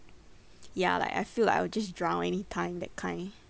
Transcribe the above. ya like I feel like I will just drown anytime that kind